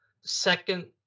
second